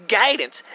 guidance